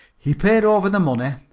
he paid over the money,